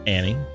Annie